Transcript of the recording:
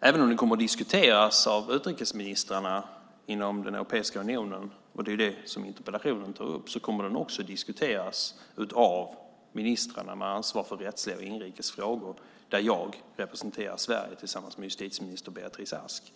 Även om den kommer att diskuteras av utrikesministrarna inom Europeiska unionen, som interpellationen tar upp, kommer den också att diskuteras av ministrarna med ansvar för rättsliga och inrikes frågor, där jag representerar Sverige tillsammans med justitieminister Beatrice Ask.